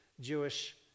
Jewish